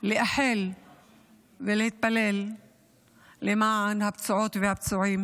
לאחל ולהתפלל למען הפצועות והפצועים.